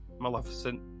Maleficent